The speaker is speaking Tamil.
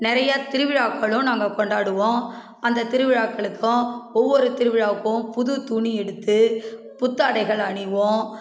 நிறையா திருவிழாக்களும் நாங்கள் கொண்டாடுவோம் அந்த திருவிழாக்களுக்கும் ஒவ்வொரு திருவிழாக்கும் புது துணி எடுத்து புத்தாடைகள் அணிவோம்